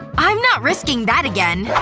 i'm not risking that again.